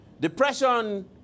Depression